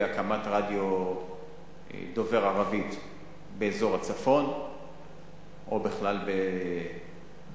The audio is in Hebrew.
הקמת רדיו דובר ערבית באזור הצפון או בכלל במרכז.